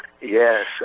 Yes